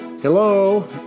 Hello